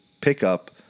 pickup